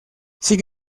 sin